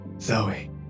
Zoe